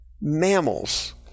mammals